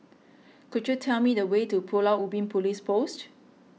could you tell me the way to Pulau Ubin Police Post